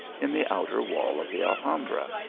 in the outer wall of the alhambra,